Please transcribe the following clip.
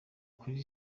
kuri